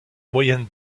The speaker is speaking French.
moyenne